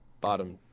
bottom